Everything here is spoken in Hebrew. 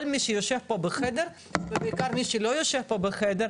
כל מי שיושב פה בחדר ובעיקר מי שלא יושב פה בחדר,